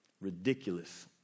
Ridiculous